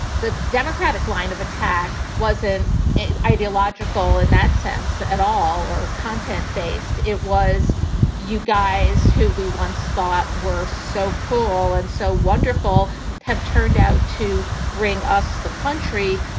the democratic line of attack wasn't ideological in that sense at all or content based. it was you guys who we once thought were so cool and so wonderful have turned out to bring us the country,